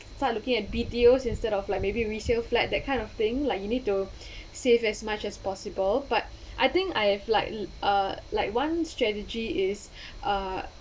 start looking at B_T_Os instead of like maybe resale flat that kind of thing like you need to save as much as possible but I think I have like uh like one strategy is uh